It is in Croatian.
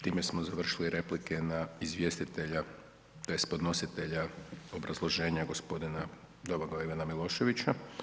Time smo završili replike na izvjestitelja tj. podnositelja obrazloženja gospodina Domagoja Ivana Miloševića.